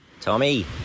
Tommy